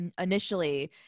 initially